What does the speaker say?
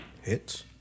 hits